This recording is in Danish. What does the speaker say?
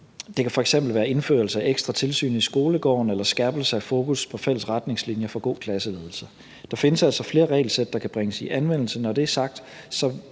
Det kan f.eks. være indførelse af ekstra tilsyn i skolegården eller skærpelse af fokus på fælles retningslinjer for god klasseledelse. Der findes altså flere regelsæt, der kan bringes i anvendelse.